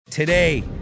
Today